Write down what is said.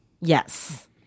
Yes